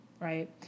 right